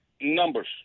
Numbers